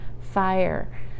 fire